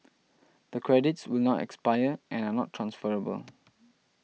the credits will not expire and are not transferable